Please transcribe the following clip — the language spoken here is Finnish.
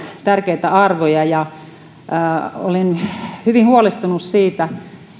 tärkeitä arvoja olen hyvin huolestunut siitä